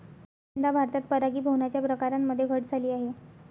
यंदा भारतात परागीभवनाच्या प्रकारांमध्ये घट झाली आहे